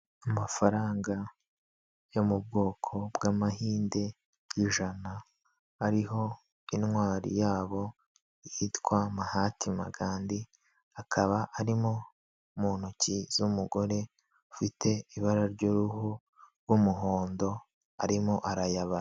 Amafaranga yo mu bwoko bw'amahinde y'ijana, ariho intwari yabo yitwa Mahati Magandhi, akaba arimo mu ntoki z'umugore ufite ibara ry'uruhu rw'umuhondo arimo arayabara.